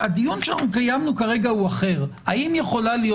הדיון שקיימנו כרגע הוא אחר האם יכולה להיות